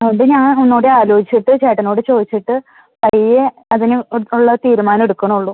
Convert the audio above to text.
അതുകൊണ്ട് ഞാൻ ഒന്നു കൂടി ആലോജിച്ചിട്ട് ചേട്ടനോട് ചോദിച്ചിട്ട് പയ്യെ അതിന് ഉള്ള തീരുമാനം എടുക്കുന്നുള്ളു